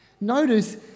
Notice